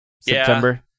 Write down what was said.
September